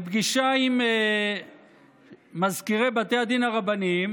בפגישה עם מזכירי בתי הדין הרבניים